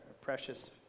precious